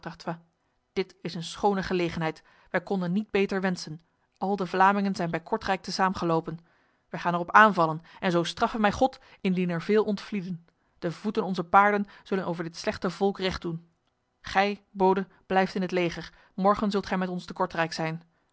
dit is een schone gelegenheid wij konden niet beter wensen al de vlamingen zijn bij kortrijk te saamgelopen wij gaan erop aanvallen en zo straffe mij god indien er veel ontvlieden de voeten onzer paarden zullen over dit slechte volk recht doen gij bode blijft in het leger morgen zult gij met ons te kortrijk zijn